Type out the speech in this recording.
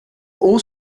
all